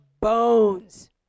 bones